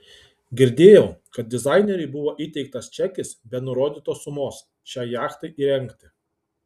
girdėjau kad dizaineriui buvo įteiktas čekis be nurodytos sumos šiai jachtai įrengti